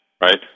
right